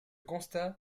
constat